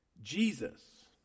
Jesus